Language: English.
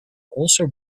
also